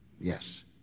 Yes